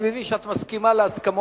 אני מבין שאת מסכימה להסכמות